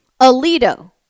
Alito